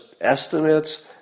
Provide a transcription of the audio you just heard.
estimates